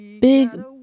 big